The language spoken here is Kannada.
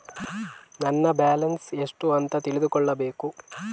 ನನ್ನ ಬ್ಯಾಲೆನ್ಸ್ ಎಷ್ಟು ಅಂತ ತಿಳಿದುಕೊಳ್ಳಬೇಕು?